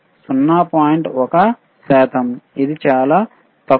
1 శాతం ఇది చాలా తక్కువ